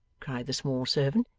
cried the small servant.